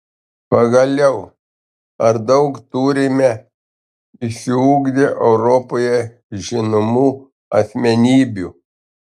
pagaliau ar daug turime išsiugdę europoje žinomų asmenybių